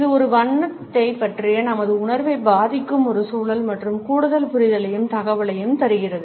இது ஒரு வண்ணத்தைப் பற்றிய நமது உணர்வைப் பாதிக்கும் ஒரு சூழல் மற்றும் கூடுதல் புரிதலையும் தகவலையும் தருகிறது